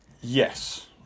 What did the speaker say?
Yes